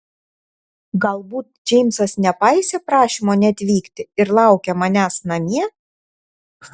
galbūt džeimsas nepaisė prašymo neatvykti ir laukia manęs namie